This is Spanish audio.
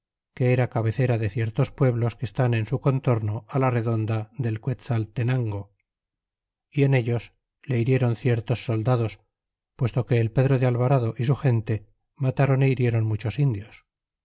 que era cabecera de ciertos pueblos que están en su contorno á la redonda del que tzaltenango y en ellos le hirieron ciertos soldados puesto que el pedro de alvarado y su gente matároné hirieron muchos indios